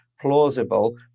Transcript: plausible